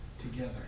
together